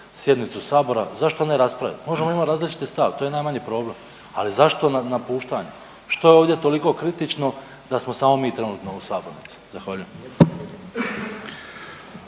sjednicu Sabora? Zašto ne raspravit? Možemo imat različit stav to je najmanji problem, ali zašto napuštanje? Što je ovdje toliko kritično da smo samo mi trenutno u sabornici? Zahvaljujem.